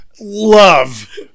love